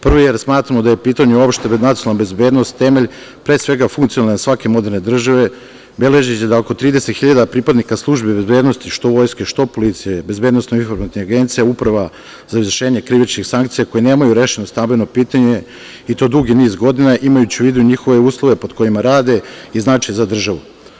Prvi, jer smatramo da je u pitanju opšta i nacionalna bezbednost temelj, pre svega, funkcionalne svake moderne države, beležiće da oko 30 hiljada pripadnika službi bezbednosti, što Vojske, što policije, BIA, Uprava za izvršene krivičnih sankcija, koji nemaju rešeno stambeno pitanje i to dugi niz godina, imajući u vidu njihove uslove pod kojima i rade i značaj za državu.